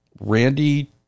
Randy